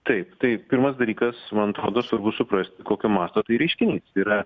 taip tai pirmas dalykas man atrodo svarbu suprasti kokio masto tai reiškinys yra